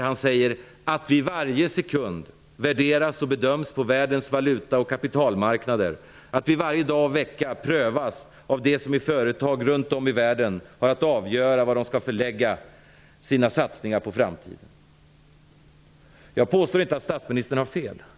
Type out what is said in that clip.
Han säger där att vi varje sekund värderas och bedöms på världens valuta och kapitalmarknader, att vi varje dag och vecka prövas av dem som i företag runt om i världen har att avgöra var de skall förlägga sina satsningar på framtiden. Jag påstår inte att statsministern har fel.